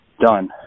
done